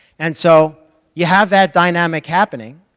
and so you have that dynamic happening,